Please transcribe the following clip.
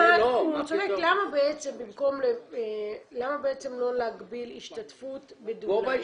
למה בעצם לא להגביל השתתפות בדולה,